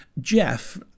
Jeff